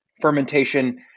fermentation